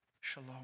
shalom